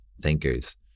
thinkers